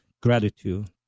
gratitude